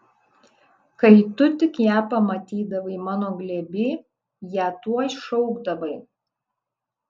kai tu tik ją pamatydavai mano glėby ją tuoj šaukdavai